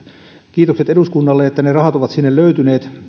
kiitokset eduskunnalle että ne rahat ovat sinne löytyneet